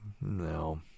no